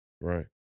right